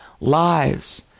lives